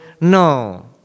no